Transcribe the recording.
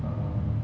uh